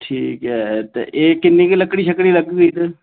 ठीक ऐ ते एह् किन्नी गै लक्कड़ी शक्कड़ी लग्गग इद्धर